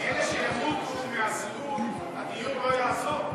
לאלה שימותו בגלל הסיעוד הדיור לא יעזור.